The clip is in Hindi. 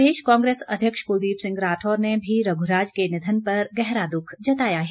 प्रदेश कांग्रेस अध्यक्ष कुलदीप सिंह राठौर ने भी रघुराज के निधन पर गहरा दुख जताया है